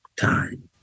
time